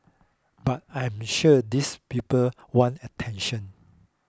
but I'm sure these people want attention